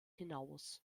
hinaus